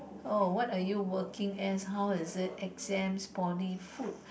oh what are working as how is it exams poly food